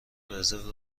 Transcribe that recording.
رزرو